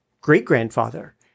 great-grandfather